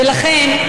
ולכן,